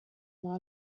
lot